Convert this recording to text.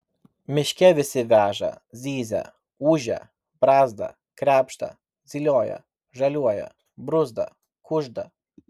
miške visi veža zyzia ūžia brazda krebžda zylioja žaliuoja bruzda kužda